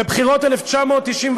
בבחירות 1999,